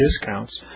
discounts